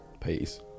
peace